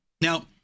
Now